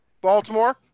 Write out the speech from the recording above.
Baltimore